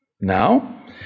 Now